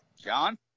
John